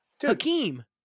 Hakeem